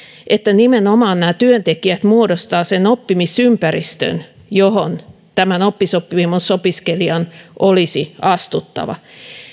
että nimenomaan työntekijät muodostavat sen oppimisympäristön johon tämän oppisopimusopiskelijan olisi astuttava